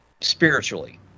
spiritually